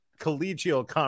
collegial